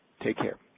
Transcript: take care.